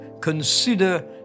consider